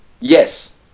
Yes